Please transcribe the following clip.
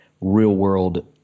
real-world